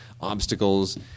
obstacles